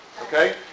okay